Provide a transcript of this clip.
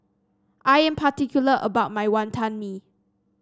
I am particular about my Wantan Mee